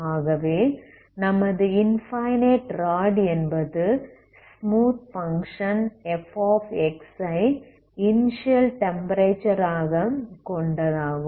ஆகவே நமது infinite rod என்பது ஸ்மூத் பங்க்ஷன் f ஐ இனிஸியல் டெம்ப்பரேச்சர் ஆக கொண்டதாகும்